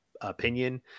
opinion